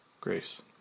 Grace